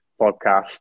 podcast